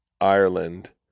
Ireland